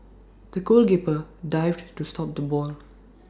the goalkeeper dived to stop the ball